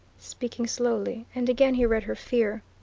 speaking slowly, and again he read her fear.